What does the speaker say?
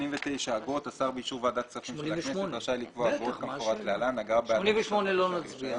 על סעיף 88 אני לא מצביע.